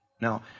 Now